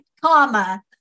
comma